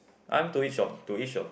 I'm to each of to each of